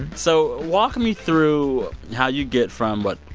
so walk me through how you get from what?